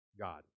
God